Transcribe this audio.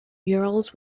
murals